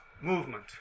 movement